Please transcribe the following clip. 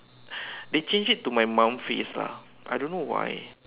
they change it to my mom face lah I don't know why